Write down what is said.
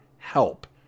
H-E-L-P